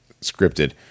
scripted